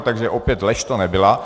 Takže opět, lež to nebyla.